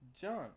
John